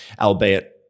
albeit –